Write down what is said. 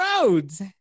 roads